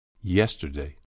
yesterday